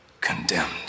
condemned